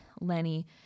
Lenny